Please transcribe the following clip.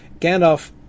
Gandalf